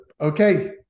Okay